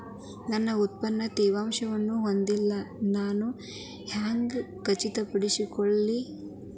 ನನ್ನ ಉತ್ಪನ್ನ ತೇವಾಂಶವನ್ನು ಹೊಂದಿಲ್ಲಾ ನಾನು ಹೆಂಗ್ ಖಚಿತಪಡಿಸಿಕೊಳ್ಳಲಿ?